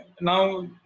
now